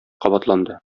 кабатланды